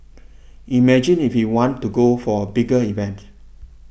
imagine if we want to go for a bigger event